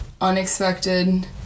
unexpected